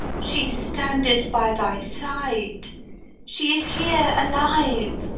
she standeth by thy side she is here alive,